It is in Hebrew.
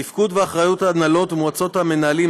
תפקוד ואחריות של ההנהלות ומועצות המנהלים,